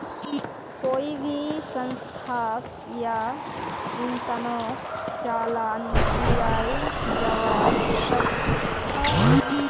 कोई भी संस्थाक या इंसानक चालान दियाल जबा सख छ